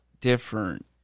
different